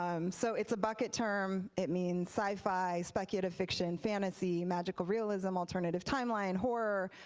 um so it's a bucket term. it means sci-fi, speculative fiction, fantasy, magical realism, alternative timeline, horror.